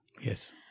yes